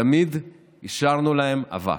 תמיד השארנו להם אבק.